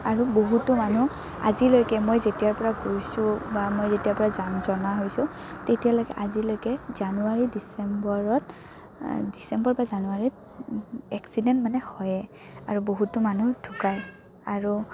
আৰু বহুতো মানুহ আজিলৈকে মই যেতিয়াৰ পৰা গৈছো বা মই যেতিয়াৰ পৰা জান জনা হৈছো তেতিয়ালৈকে আজিলৈকে জানুৱাৰী ডিচেম্বৰত ডিচেম্বৰ বা জানুৱাৰীত এক্সিডেণ্ট মানে হয়ে আৰু বহুতো মানুহ ঢুকায় আৰু